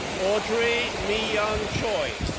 audrey mi-young choi,